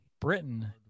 Britain